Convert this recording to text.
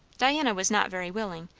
diana was not very willing,